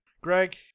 Greg